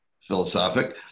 philosophic